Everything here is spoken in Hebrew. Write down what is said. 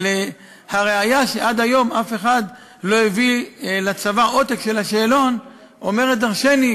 אבל הראיה שעד היום אף אחד לא הביא לצבא עותק של השאלון אומרת דורשני,